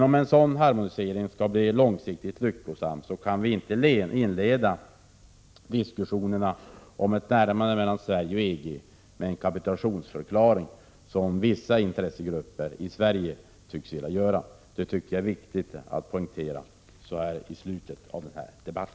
Om en sådan harmonisering långsiktigt skall bli lyckosam kan vi inte inleda diskussionerna om ett närmande mellan Sverige och EG med en kapitulationsförklaring, som vissa intressegrupper i Sverige tycks vilja göra. Det är viktigt att poängtera detta så här mot slutet av denna debatt.